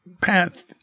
path